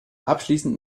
abschließend